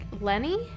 Lenny